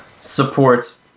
supports